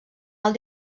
alt